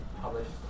published